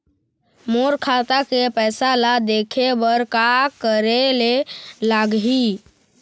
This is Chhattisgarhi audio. मोर खाता के पैसा ला देखे बर का करे ले लागही?